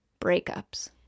breakups